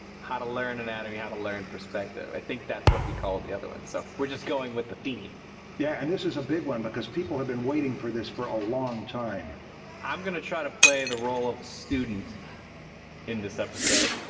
how to learn anatomy, how to learn perspective. i think that's what we called the other ones. so we're just going with the theme. marshall yeah and this is a big one because people have been waiting for this for a long time. stan i'm gonna try to play the role of a student in this episode.